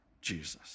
jesus